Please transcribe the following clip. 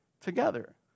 together